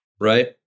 right